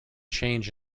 change